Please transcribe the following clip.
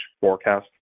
forecast